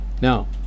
Now